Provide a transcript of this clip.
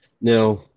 Now